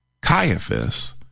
Caiaphas